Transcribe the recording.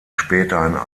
später